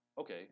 okay